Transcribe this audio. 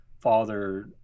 father